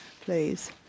please